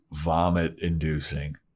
vomit-inducing